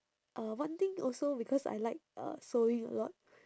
uh one thing also because I like uh sewing a lot